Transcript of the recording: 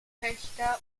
töchter